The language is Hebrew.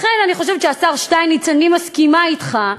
לכן אני חושבת, השר שטייניץ, אני מסכימה אתך,